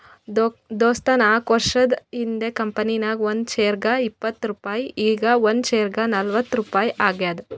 ದೋಸ್ತ ನಾಕ್ವರ್ಷ ಹಿಂದ್ ಕಂಪನಿ ನಾಗ್ ಒಂದ್ ಶೇರ್ಗ ಇಪ್ಪತ್ ರುಪಾಯಿ ಈಗ್ ಒಂದ್ ಶೇರ್ಗ ನಲ್ವತ್ ರುಪಾಯಿ ಆಗ್ಯಾದ್